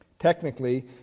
Technically